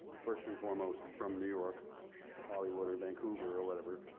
first and foremost from new york, or hollywood, or vancouver, or whatever.